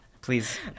Please